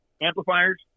amplifiers